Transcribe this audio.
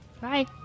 Bye